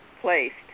placed